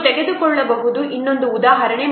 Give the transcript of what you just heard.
ನೀವು ತೆಗೆದುಕೊಳ್ಳಬಹುದು ಇನ್ನೊಂದು ಉದಾಹರಣೆ